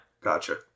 Gotcha